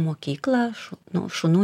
mokyklą šu nu šunų